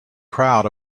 crowd